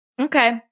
Okay